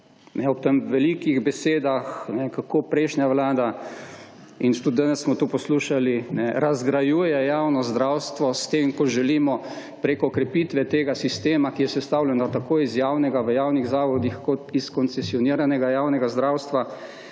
Ob teh velikih besedah kako prejšnja vlada in tudi danes smo to poslušali, razgrajuje javno zdravstvo, s tem ko želimo preko krepitve tega sistema, ki je sestavljeno tako iz javnega v javnih zavodih, kot iz koncesioniranega javnega zdravstva,